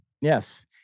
Yes